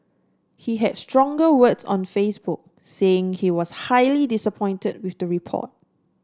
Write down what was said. he had stronger words on Facebook saying he was highly disappointed with the report